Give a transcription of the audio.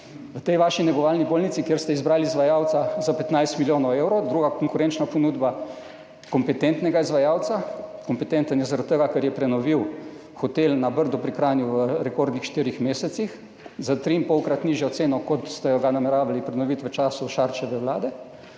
v tej vaši negovalni bolnici, kjer ste izbrali izvajalca za 15 milijonov evrov, druga konkurenčna ponudba kompetentnega izvajalca, kompetenten je zaradi tega, ker je prenovil hotel na Brdu pri Kranju v rekordnih štirih mesecih za triinpolkrat nižjo ceno, kot ste ga nameravali prenoviti v času Šarčeve vlade,